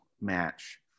match